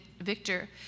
Victor